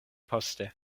poste